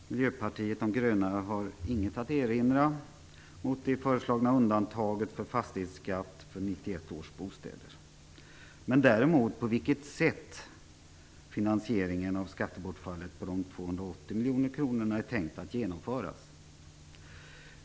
Fru talman! Miljöpartiet de gröna har inget att erinra mot det föreslagna undantaget från fastighetsskatt för 1991 års bostäder men däremot på vilket sätt finansieringen av skattebortfallet av de 280 miljoner kronorna är tänkt att genomföras.